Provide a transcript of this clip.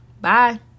bye